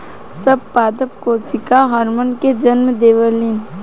सब पादप कोशिका हार्मोन के जन्म देवेला